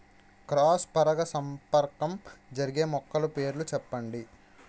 Cross పరాగసంపర్కం జరిగే మొక్కల పేర్లు చెప్పండి?